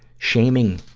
shaming,